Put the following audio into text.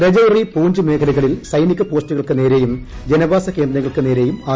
രജൌരി പൂഞ്ച് മേഖലകളിൽ സൈനിക പോസ്റ്റുകൾക്ക് നേരെയും ജനവാസ കേന്ദ്രങ്ങൾക്ക് നേരെയും ആക്രമണം